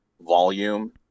volume